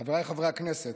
חבריי חברי הכנסת,